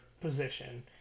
position